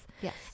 Yes